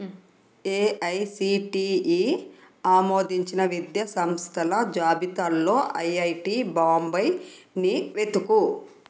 AICTE ఆమోదించిన విద్యా సంస్థల జాబితాల్లో ఐఐటి బొంబైనీ వెతుకు